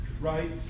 right